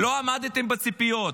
לא עמדתם בציפיות,